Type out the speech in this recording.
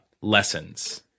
lessons